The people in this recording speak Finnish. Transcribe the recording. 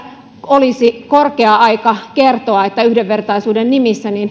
olisi korkea aika kertoa että yhdenvertaisuuden nimissä